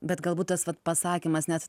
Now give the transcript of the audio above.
bet galbūt tas pasakymas nes